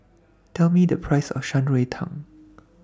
Tell Me The Price of Shan Rui Tang